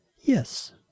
Yes